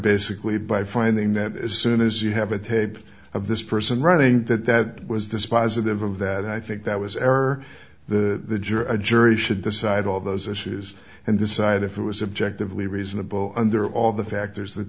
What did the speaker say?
basically by finding that as soon as you have a tape of this person running that that was dispositive of that i think that was error the jury a jury should decide all of those issues and decide if it was objective lee reasonable under all the factors that